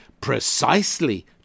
precisely